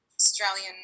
Australian